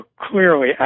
clearly